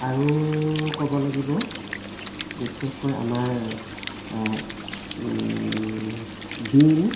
আৰু ক'ব লাগিব বিশেষকৈ আমাৰ বিন